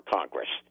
Congress